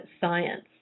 science